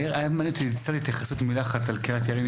היה מעניין אותי קצת התייחסות במילה אחת על קריית יערים,